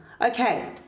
Okay